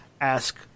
ask